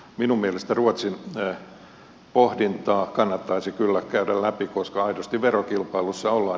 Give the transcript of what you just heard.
minun mielestäni ruotsin pohdintaa kannattaisi kyllä käydä läpi koska aidosti verokilpailussa ollaan